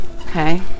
okay